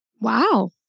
Wow